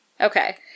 Okay